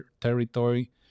territory